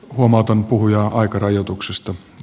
huomautan puhujaa aikarajoituksesta